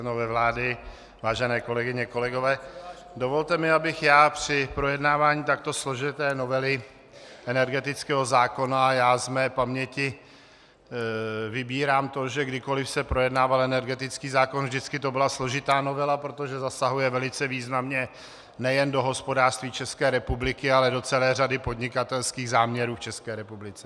Členové vlády, vážené kolegyně, kolegové, dovolte mi, abych při projednávání takto složité novely energetického zákona, já z mé paměti vybírám to, že kdykoliv se projednával energetický zákon, vždycky to byla složitá novela, protože zasahuje velice významně nejen do hospodářství České republiky, ale do celé řady podnikatelských záměrů v České republice.